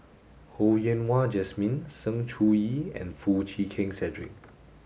Ho Yen Wah Jesmine Sng Choon Yee and Foo Chee Keng Cedric